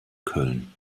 köln